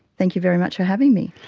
thank you very much for having me.